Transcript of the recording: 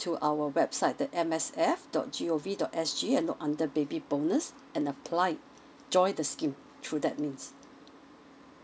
to our website the M S F dot G O V dot S G and look under baby bonus and apply join the scheme through that means